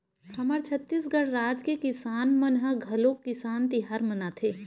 हमर छत्तीसगढ़ राज के किसान मन ह घलोक किसान तिहार मनाथे